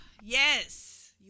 Yes